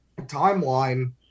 timeline